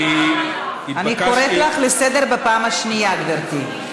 אני קוראת אותך לסדר פעם שנייה, גברתי.